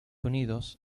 unidos